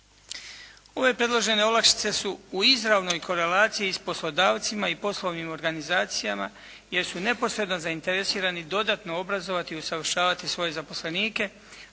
Ove predložene olakšice su u izravnoj korelaciji s poslodavcima i poslovnim organizacijama jer su neposredno zainteresirani dodatno obrazovati i usavršavati svoje zaposlenike